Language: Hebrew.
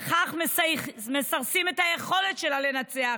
וכך מסרסים את היכולת שלה לנצח,